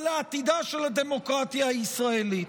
לעתידה של הדמוקרטיה הישראלית.